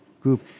group